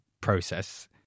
process